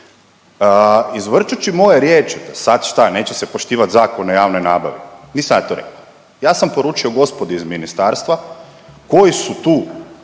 Izvrćući moje riječi da sad šta, neće se poštivat Zakon o javnoj nabavi. Nisam ja to rekao. Ja sam poručio gospodin iz ministarstva koji su tu